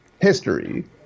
history